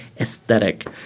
aesthetic